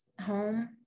home